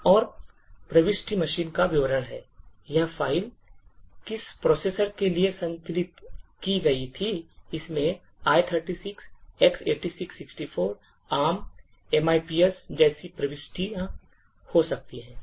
एक और प्रविष्टि मशीन का विवरण है यह फ़ाइल किस processor के लिए संकलित की गई थी इसमें i386 X86 64 ARM MIPS जैसी प्रविष्टियां हो सकती हैं